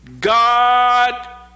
God